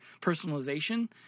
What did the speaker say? personalization